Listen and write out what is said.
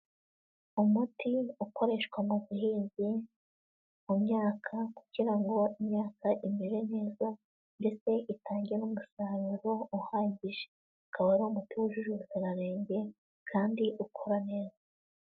Umuti ukoreshwa mu buhinzi, mu myaka, kugira ngo imyaka imere neza, ndetse itange n'umusaruro uhagije. Ukaba ari umuti wujuje ubuziranenge kandi ukora neza.